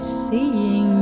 seeing